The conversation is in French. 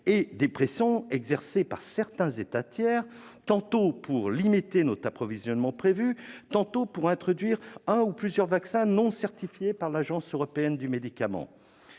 et des pressions exercées par certains États tiers, tantôt pour limiter notre approvisionnement par rapport à ce qui est prévu, tantôt pour introduire un ou plusieurs vaccins non certifiés par l'Agence européenne des médicaments